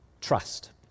trust